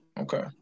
Okay